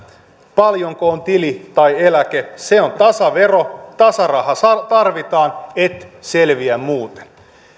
paljonko on tili tai eläke se on tasavero tasaraha tarvitaan et selviä muuten